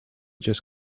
just